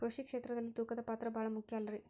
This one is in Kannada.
ಕೃಷಿ ಕ್ಷೇತ್ರದಲ್ಲಿ ತೂಕದ ಪಾತ್ರ ಬಹಳ ಮುಖ್ಯ ಅಲ್ರಿ?